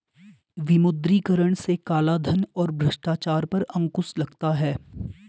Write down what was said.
विमुद्रीकरण से कालाधन और भ्रष्टाचार पर अंकुश लगता हैं